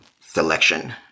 selection